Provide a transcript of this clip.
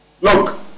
Look